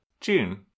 June